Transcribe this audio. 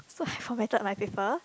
so I formatted my paper